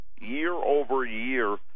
year-over-year